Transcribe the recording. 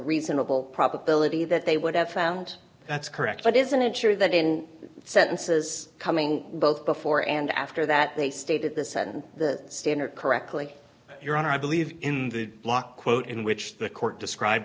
reasonable probability that they would have found that's correct but isn't it true that in sentences coming both before and after that they stated this and the standard correctly your honor i believe in the blockquote in which the court describe